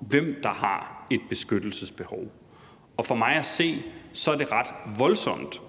hvem der har et beskyttelsesbehov, og for mig at se er det ret voldsomt,